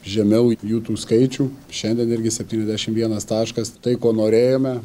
žemiau jų tų skaičių šiandien netgi septyniasdešimt vienas taškas tai ko norėjome